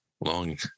long